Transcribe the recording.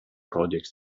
projects